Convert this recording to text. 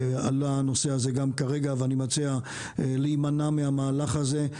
הנושא הזה עלה גם כרגע ואני מציע להימנע מהמהלך הזה,